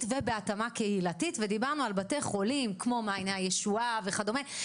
ובהתאמה קהילתית ודיברנו על בתי חולים כמו מעייני הישועה וכדומה,